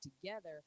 together